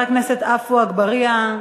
חבר הכנסת עפו אגבאריה,